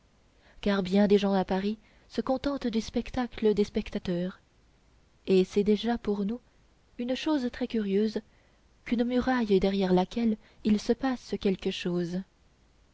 car bien des gens à paris se contentent du spectacle des spectateurs et c'est déjà pour nous une chose très curieuse qu'une muraille derrière laquelle il se passe quelque chose